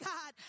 God